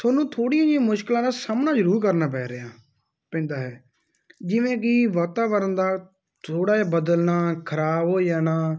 ਤੁਹਾਨੂੰ ਥੋੜ੍ਹੀਆਂ ਜਿਹੀਆਂ ਮੁਸ਼ਕਲਾਂ ਦਾ ਸਾਹਮਣਾ ਜ਼ਰੂਰ ਕਰਨਾ ਪੈ ਰਿਹਾ ਪੈਂਦਾ ਹੈ ਜਿਵੇਂ ਕਿ ਵਾਤਾਵਰਨ ਦਾ ਥੋੜ੍ਹਾ ਜਿਹਾ ਬਦਲਣਾ ਖਰਾਬ ਹੋ ਜਾਣਾ